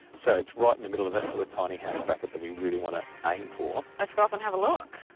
so it's right in the middle of that sort of tiny-house bracket that we and really want to aim for. let's go up and have a look.